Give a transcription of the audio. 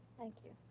thank you.